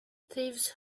thieves